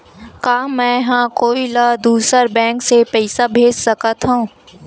का मेंहा कोई ला दूसर बैंक से पैसा भेज सकथव?